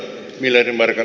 miller markan